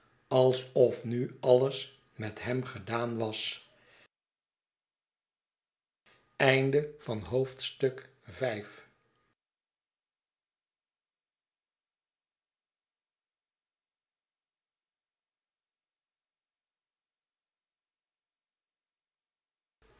alsof nu alles met hem gedaan was